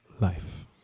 life